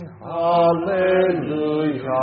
Hallelujah